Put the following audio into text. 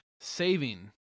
saving